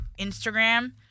Instagram